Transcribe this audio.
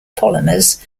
polymers